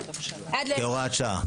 כהוראת שעה.